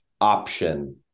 option